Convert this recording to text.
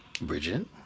Bridget